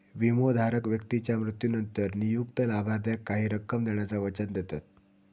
विमोधारक व्यक्तीच्या मृत्यूनंतर नियुक्त लाभार्थाक काही रक्कम देण्याचा वचन देतत